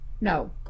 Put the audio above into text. No